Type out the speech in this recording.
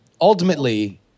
ultimately